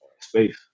space